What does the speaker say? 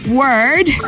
word